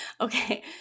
okay